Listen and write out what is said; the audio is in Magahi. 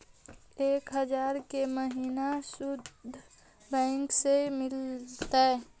एक हजार के महिना शुद्ध बैंक से मिल तय?